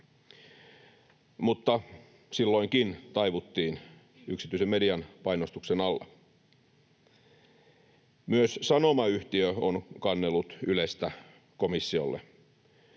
mutta silloinkin taivuttiin yksityisen median painostuksen alla. Myös Sanoma-yhtiö on kannellut Ylestä komissiolle.